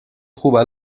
trouvent